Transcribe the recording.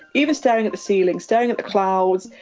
even staring at the ceiling. staring at the clouds,